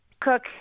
Cook